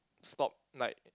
stop like